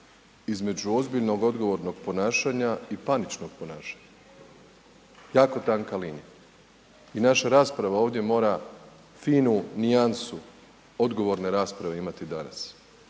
između ozbiljnog odgovornog ponašanja i paničnog ponašanja, jako tanka linija. I naša rasprava ovdje mora finu nijansu odgovorne rasprave imati danas,